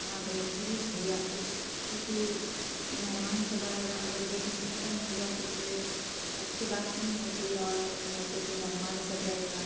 ہاں بھیا پلیز بھیا کیونکہ مہمان سب آئے گا اگر بیچ میں ختم ہو گیا تو پھر اچھی بات نہیں ہوگی اور گھر پہ پھر مہمان سب رہے گا